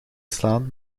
slaan